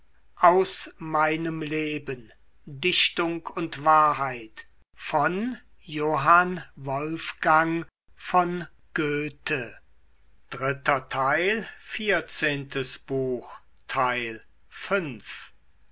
aus meinem leben dichtung und wahrheit